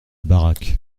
baraque